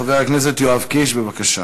חבר הכנסת יואב קיש, בבקשה.